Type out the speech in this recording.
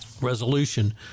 resolution